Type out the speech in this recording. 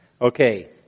Okay